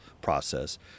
process